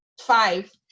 five